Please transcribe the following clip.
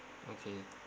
okay